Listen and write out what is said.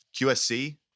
QSC